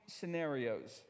scenarios